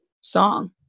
song